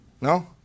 No